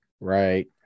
right